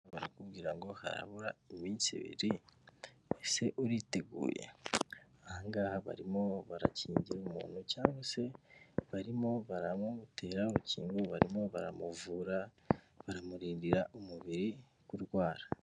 Rarakumbwira ngo harabura iminsi ibiri, ese uriteguye? Aha barimo barakingira umuntu cyangwa se barimo baramutera urukingo, barimo baramuvura, baramurindira umubiri kurwara.